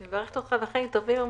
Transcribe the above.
אני מברכת אותך בחיים טובים ומאושרים,